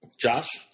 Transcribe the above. Josh